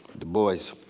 du bois,